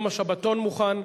יום השבתון מוכן.